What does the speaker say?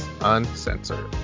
Uncensored